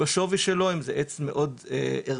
בשווי שלו אם זה עץ מאוד ערכי,